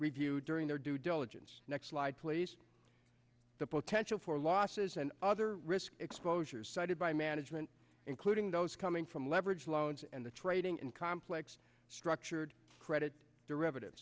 reviewed during their due diligence next slide please the potential for losses and other risk exposures cited by management including those coming from leverage loans and the trading in complex structured credit derivative